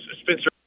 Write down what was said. Spencer